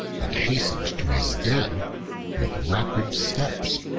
and hastened to his den with rapid steps.